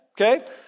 Okay